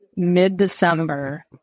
mid-December